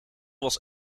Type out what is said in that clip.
was